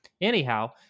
Anyhow